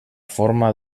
forma